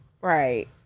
Right